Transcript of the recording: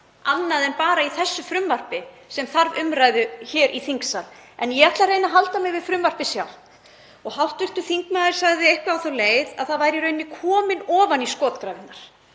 annað en bara í þessu frumvarpi sem þarf umræðu hér í þingsal en ég ætla að reyna að halda mig við frumvarpið sjálft. Hv. þingmaður sagði eitthvað á þá leið að það væri í rauninni komið ofan í skotgrafirnar.